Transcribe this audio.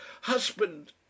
Husband